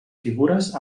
figures